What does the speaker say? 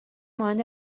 مانند